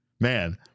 man